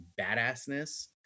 badassness